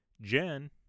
Jen